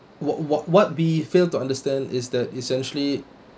what what what be fail to understand is that essentially